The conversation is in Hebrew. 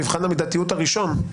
מבחן המידתיות הראשון,